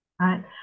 right